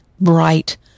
bright